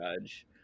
judge